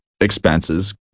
expenses